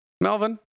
Melvin